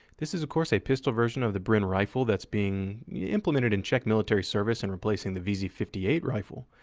this is, of course, a pistol version of the bren rifle that's being implemented in czech military service and replacing the v z five eight rifle.